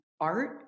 art